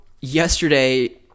yesterday –